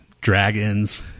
dragons